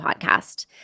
Podcast